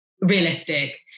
realistic